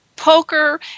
poker